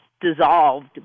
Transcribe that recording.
dissolved